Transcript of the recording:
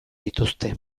dituzte